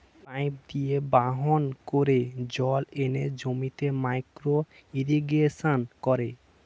pipe দিয়ে বাহন করে জল এনে জমিতে মাইক্রো ইরিগেশন করে